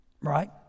Right